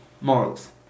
Morals